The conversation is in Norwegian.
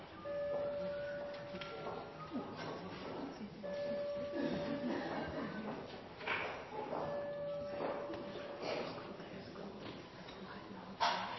det var